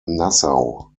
nassau